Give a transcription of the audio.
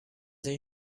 این